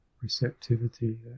receptivity